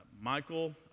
Michael